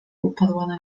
upadła